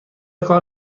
کار